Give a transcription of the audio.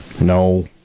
No